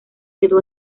quedó